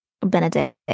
Benedict